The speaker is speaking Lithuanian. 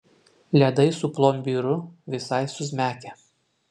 ledai su plombyru visai suzmekę